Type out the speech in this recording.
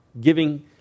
giving